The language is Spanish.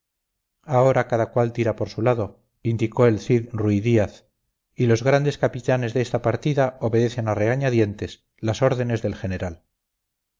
ahora cada cual tira por su lado indicó el cid ruy díaz y los grandes capitanes de esta partida obedecen a regañadientes las órdenes del general